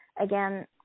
again